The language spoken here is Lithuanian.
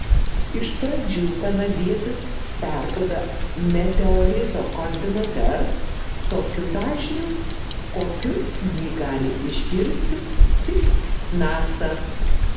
iš pradžių kanadietis perduoda meteorito koordinates tokiu dažniu kokiu jį gali išgirsti tik nasa